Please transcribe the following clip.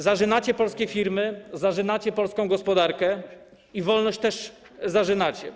Zażynacie polskie firmy, zażynacie polską gospodarkę i wolność też zażynacie.